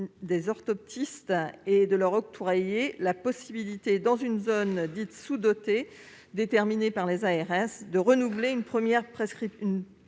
des orthoptistes et à leur octroyer la possibilité, dans une zone dite sous-dotée, déterminée par les ARS, de renouveler une première prescription